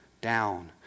down